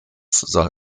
soll